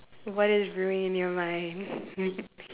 what is brewing in your mind